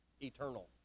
eternal